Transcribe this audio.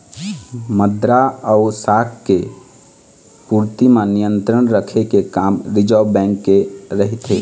मद्रा अउ शाख के पूरति म नियंत्रन रखे के काम रिर्जव बेंक के रहिथे